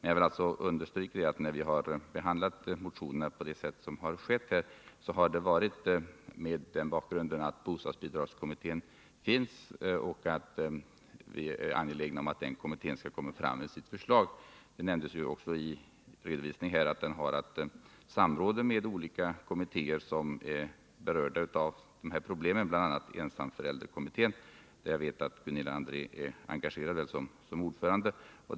Jag vill dock understryka att vi utformat motionerna på det sätt som skett med tanke på att bostadsbidragskommittén finns och att vi är angelägna om att denna skall komma fram i tid med sitt förslag. Det har också nämnts i betänkandet att kommittén har att samråda med olika kommittéer som är berörda av dessa problem, bl.a. ensamförälderkommittén. Jag vet att Gunilla André är engagerad som ordförande i den.